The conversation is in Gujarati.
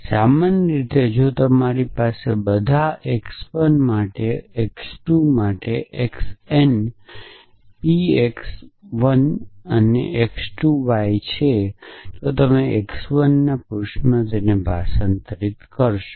આમ સામાન્ય રીતે જો તમારી પાસે બધા x 1 માટે બધા x 2 માટે બધા xn px 1 x 2 y છે તો તમે x 1 ના પૃષ્ઠમાં ભાષાંતર કરશો